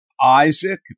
Isaac